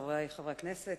חברי חברי הכנסת,